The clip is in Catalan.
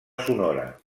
sonora